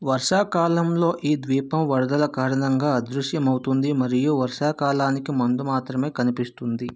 వర్షాకాలంలో ఈ ద్వీపం వరదల కారణంగా అదృశ్యమవుతుంది మరియు వర్షాకాలానికి ముందు మాత్రమే కనిపిస్తుంది